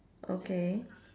okay